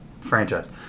franchise